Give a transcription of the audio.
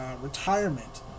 retirement